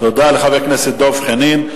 תודה לחבר הכנסת דב חנין.